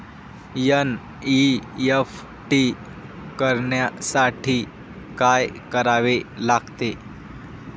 NEFT करण्यासाठी काय करावे लागते?